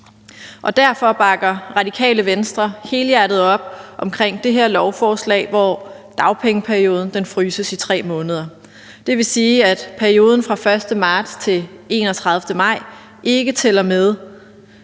Derfor bakker Radikale Venstre helhjertet op om dette lovforslag, hvor dagpengeperioden fastfryses i 3 måneder. Det vil sige, at perioden fra den 1. marts til den 31. maj ikke tæller med,